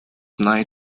night